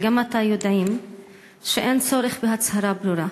וגם אתה יודעים שאין צורך בהצהרה ברורה,